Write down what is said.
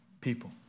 people